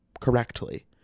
correctly